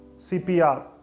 CPR